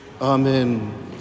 Amen